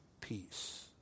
peace